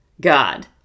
God